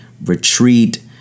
retreat